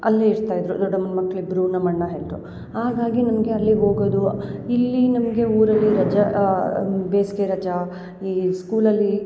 ಅಲ್ಲಿ ಇರ್ತಾ ಇದ್ದರು ದೊಡ್ಡಮ್ಮನ ಮಕ್ಳು ಇಬ್ಬರೂ ನಮ್ಮ ಅಣ್ಣ ಎಲ್ರು ಹಾಗಾಗಿ ನಮಗೆ ಅಲ್ಲಿ ಹೋಗೋದು ಇಲ್ಲಿ ನಮಗೆ ಊರಲ್ಲಿ ರಜೆ ಬೇಸಿಗೆ ರಜೆ ಈ ಸ್ಕೂಲಲ್ಲಿ